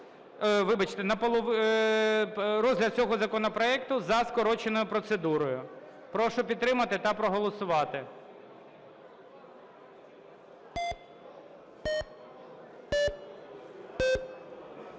Вибачте, розгляд цього законопроекту за скороченою процедурою. Прошу підтримати та проголосувати.